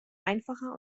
einfacher